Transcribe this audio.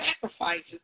sacrifices